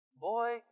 Boy